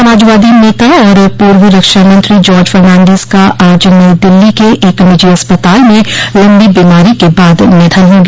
समाजवादी नेता और पूर्व रक्षा मंत्री जार्ज फर्नांडोस का आज नई दिल्ली के एक निजी अस्पताल में लंबी बीमारी के बाद निधन हो गया